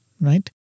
Right